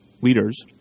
leaders